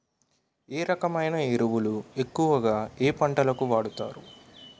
ఏ రకమైన ఎరువులు ఎక్కువుగా ఏ పంటలకు వాడతారు?